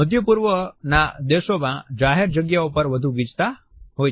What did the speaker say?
મધ્ય પૂર્વના દેશોમાં જાહેર જગ્યાઓ પર વધુ ગીચતા હોય છે